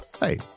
Hey